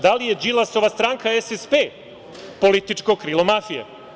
Da li je Đilasova stranka SSP političko krila mafije?